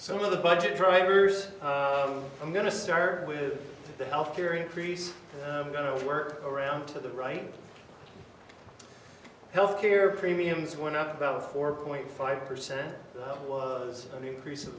some of the budget writers i'm going to start with the health care increase going to work around to the right health care premiums went up about four point five percent was only increase